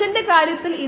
എന്താണ് തന്നിട്ടുള്ളത്